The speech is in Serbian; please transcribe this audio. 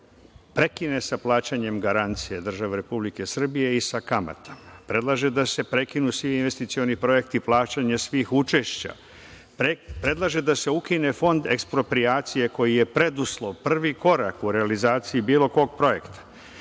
prekine sa plaćanjem garancija države Republike Srbije i sa kamatama. Predlaže da se prekinu svi investicioni projekti plaćanja svih učešća. Predlaže da se ukine Fond eksproprijacije koji je preduslov, prvi korak u realizaciji bilo kog projekta.